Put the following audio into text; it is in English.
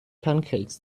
pancakes